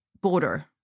border